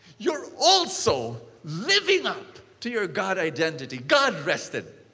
you're also living up to your god identity. god rested.